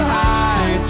high